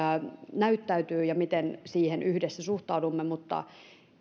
näyttäytyy ja miten siihen yhdessä suhtaudumme mutta